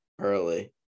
early